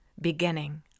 beginning